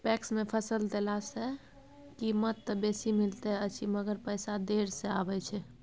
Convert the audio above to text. PACS मे फसल देला सॅ कीमत त बेसी मिलैत अछि मगर पैसा देर से आबय छै